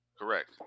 Correct